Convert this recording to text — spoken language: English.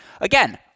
again